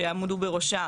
שיעמדו בראשה